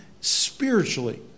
Spiritually